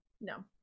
no